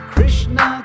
Krishna